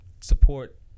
Support